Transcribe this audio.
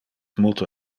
multo